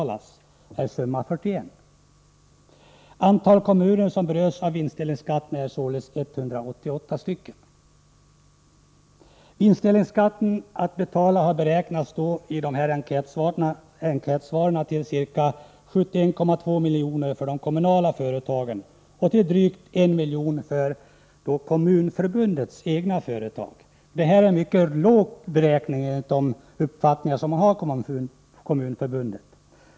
Det är således 188 kommuner som berörs av vinstdelningsskatten. Den vinstdelningsskatt som man har att betala har i nämnda enkätsvar beräknats till 71,2 milj.kr. för de kommunala företagen och till drygt 1 milj.kr. för Kommunförbundets egna företag. Enligt Kommunförbundet har man här räknat mycket lågt.